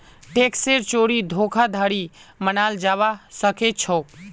टैक्सेर चोरी धोखाधड़ी मनाल जाबा सखेछोक